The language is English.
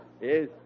Yes